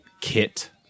kit